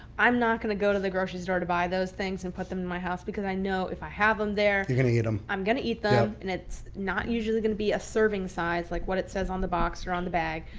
i'm not going to go to the grocery store to buy those things and put them in my house. because i know if i have them there. you're going to eat them. i'm going to eat them. and it's not usually going to be a serving size like what it says on the box or on the bag.